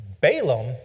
Balaam